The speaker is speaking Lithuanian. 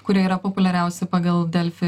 kurie yra populiariausi pagal delfi